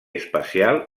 espacial